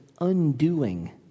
undoing